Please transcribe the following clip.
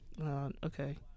Okay